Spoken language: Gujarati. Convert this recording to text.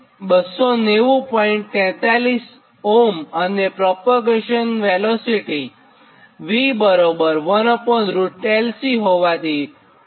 43 ohm અને પ્રોપેગેશનનો વેગ v1LC હોવાથી 2